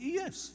yes